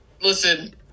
listen –